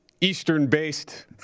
eastern-based